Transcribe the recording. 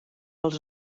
els